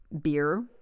beer